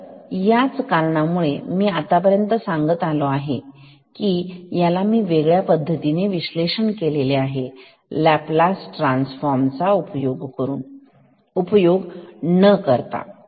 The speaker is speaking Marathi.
तर याच कारणामुळे मी आतापर्यंत सांगत आलो आहे याला मी वेगळ्या पद्धतीने विश्लेषण केलेले आहे लाप्लास ट्रांसफार्म चा उपयोग न करता